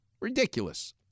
Ridiculous